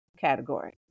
category